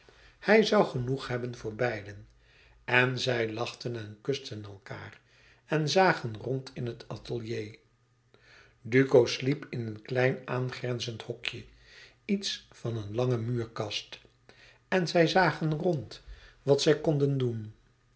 hij zoû genoeg hebben voor beiden en zij lachten en kusten elkaâr en zagen rond in het atelier het was een vrij groote ruimte maar geheel atelier duco sliep in een heel klein aangrenzend hokje iets van een lange muurkast en zij zagen rond wat zij konden doen